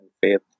faith